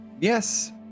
yes